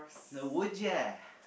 then would you